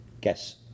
guess